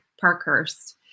Parkhurst